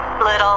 Little